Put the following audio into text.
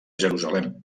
jerusalem